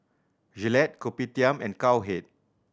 Gillette Kopitiam and Cowhead